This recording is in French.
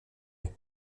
est